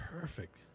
perfect